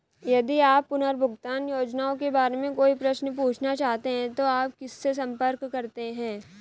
यदि आप पुनर्भुगतान योजनाओं के बारे में कोई प्रश्न पूछना चाहते हैं तो आप किससे संपर्क करते हैं?